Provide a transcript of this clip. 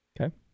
Okay